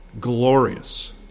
glorious